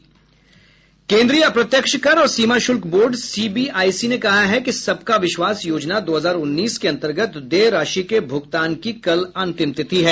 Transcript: केंद्रीय अप्रत्यक्ष कर और सीमा शुल्क बोर्ड सीबीआईसी ने कहा है कि सबका विश्वास योजना दो हजार उन्नीस के अंतर्गत देय राशि के भुगतान की कल अंतिम तिथि है